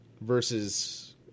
versus